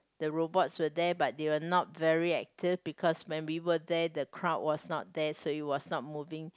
the robots were there but they were not very active because when we were there the crowd was not there so it was not moving